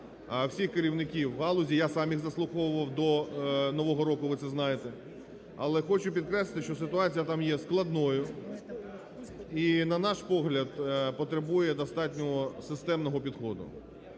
всіх керівників у галузі, я сам їх заслуховував до нового року, ви це знаєте. Але хочу підкреслити, що ситуація там є складною і, на наш погляд, потребує достатньо системного підходу.